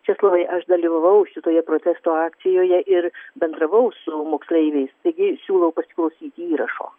česlovai aš dalyvavau šitoje protesto akcijoje ir bendravau su moksleiviais taigi siūlau pasiklausyti įrašo